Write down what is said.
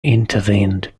intervened